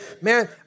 Man